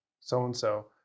so-and-so